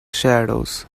shadows